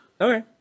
Okay